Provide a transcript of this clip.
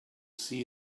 see